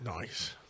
Nice